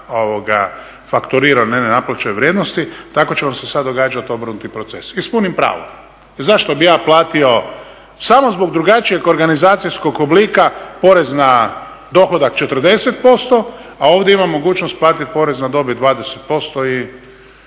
plaćati PDV prema … vrijednosti, tako će vam se sada događati obrnuti proces i s punim pravom. Zašto bih ja platio samo zbog drugačijeg organizacijskog oblika porez na dohodak 40%, a ovdje imam mogućnost platiti porez na dobit 20% i